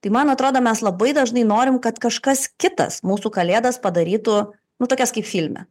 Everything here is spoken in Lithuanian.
tai man atrodo mes labai dažnai norim kad kažkas kitas mūsų kalėdas padarytų nu tokias kaip filme